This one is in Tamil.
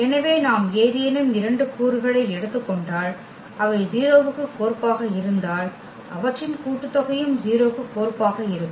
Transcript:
எனவே நாம் ஏதேனும் இரண்டு கூறுகளை எடுத்துக் கொண்டால் அவை 0 க்கு கோர்ப்பாக இருந்தால் அவற்றின் கூட்டுத்தொகையும் 0 க்கு கோர்ப்பாக இருக்கும்